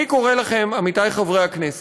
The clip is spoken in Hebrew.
אני קורא לכם, עמיתי חברי הכנסת,